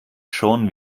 schon